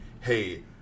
hey